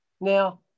Now